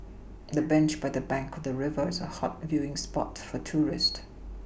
the bench by the bank of the river is a hot viewing spot for tourist